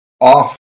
off